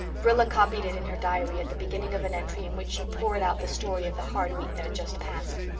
rilla copied it in her diary at the beginning of an entry in which she poured out the story of the hard week that had just passed.